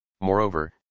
Moreover